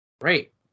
great